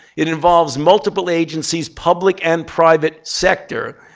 it involves multiple agencies public and private sector.